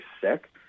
sick